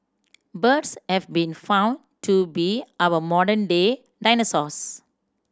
birds have been found to be our modern day dinosaurs